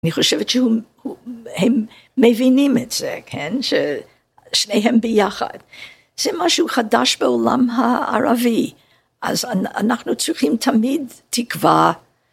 ‫אני חושבת שהוא... הוא... הם מבינים את זה, ‫ששניהם ביחד. ‫זה משהו חדש בעולם הערבי, ‫אז אנחנו צריכים תמיד תקווה.